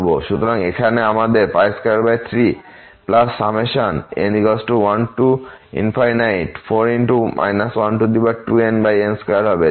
সুতরাং এখানে আমাদের 23n 14 12nn2 হবে যা সব ধনাত্মক পদ আসবে